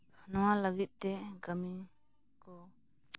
ᱱᱚᱶᱟ ᱞᱟᱹᱜᱤᱫᱼᱛᱮ ᱠᱟᱹᱢᱤ ᱠᱚ